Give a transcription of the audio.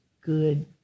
good